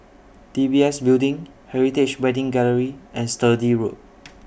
D B S Building Heritage Wedding Gallery and Sturdee Road